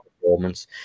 performance